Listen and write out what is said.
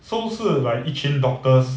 so 是 like 一群 doctors